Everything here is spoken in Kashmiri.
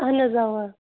اہن حظ اَوا